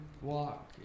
walk